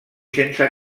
sense